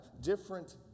different